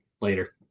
later